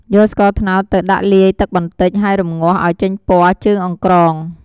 យកស្ករត្នោត ទៅដាក់លាយទឹកបន្តិច ហើយរំងាស់ ឱ្យចេញពណ៌ ជើងអង្ក្រង។